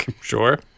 Sure